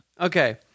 Okay